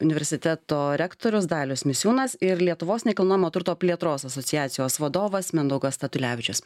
universiteto rektorius dalius misiūnas ir lietuvos nekilnojamo turto plėtros asociacijos vadovas mindaugas statulevičius